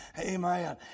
Amen